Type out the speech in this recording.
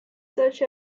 such